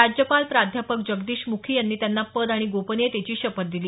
राज्यपाल प्राध्यापक जगदीश मुखी यांनी त्यांना पद आणि गोपनियतेची शपथ दिली